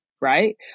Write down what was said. right